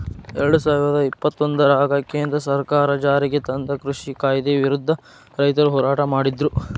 ಎರಡುಸಾವಿರದ ಇಪ್ಪತ್ತೊಂದರಾಗ ಕೇಂದ್ರ ಸರ್ಕಾರ ಜಾರಿಗೆತಂದ ಕೃಷಿ ಕಾಯ್ದೆ ವಿರುದ್ಧ ರೈತರು ಹೋರಾಟ ಮಾಡಿದ್ರು